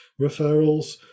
referrals